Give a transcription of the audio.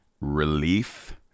relief